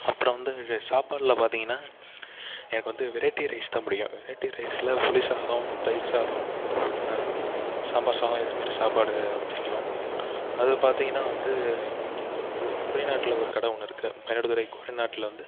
அப்புறம் வந்து சாப்பாட்டில் பார்த்திங்கன்னா எனக்கு வந்து வெரைட்டி ரைஸ் தான் புடிக்கும் வெரைட்டி ரைஸில் புளிசாதம் தயிர்சாதம் சாம்பார் சாதம் இது மாதிரி சாப்பாடு பிடிக்கும் அது பார்த்திங்கன்னா வந்து இங்க கூறைநாட்டில் ஒரு கடை ஒன்று இருக்கு மயிலாடுதுறை கூறைநாட்டில் வந்து